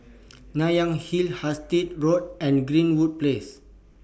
Nanyang Hill Hastings Road and Greenwood Place